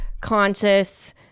conscious